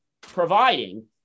providing